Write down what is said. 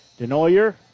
Denoyer